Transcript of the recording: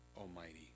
almighty